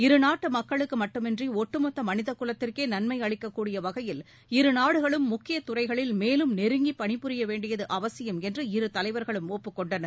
இருநாட்டு மக்களுக்கு மட்டுமன்றி ஒட்டுமொத்த மனித குலத்திற்கே நன்மை அளிக்கக்கூடிய வகையில் இருநாடுகளும் முக்கிய துறைகளில் மேலும் நெருங்கி பனிபுரிய வேண்டியது அவசியம் என்று இரு தலைவர்களும் ஒப்புக் கொண்டனர்